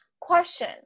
question